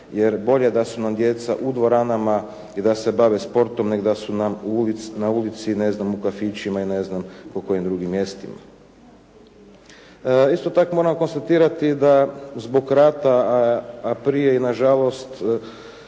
jer bolje da su nam djeca u dvoranama i da se bave sportom nego da su nam u, na ulici ne znam, u kafićima i ne znam po kojim drugim mjestima. Isto tako moram konstatirati da zbog rata a prije i nažalost,